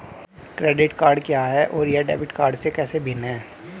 Credit card क्या है और यह डेबिट कार्ड से कैसे भिन्न है?